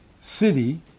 city